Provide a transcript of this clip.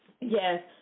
Yes